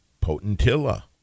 Potentilla